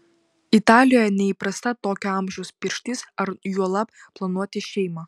italijoje neįprasta tokio amžiaus pirštis ar juolab planuoti šeimą